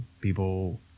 people